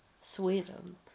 Sweden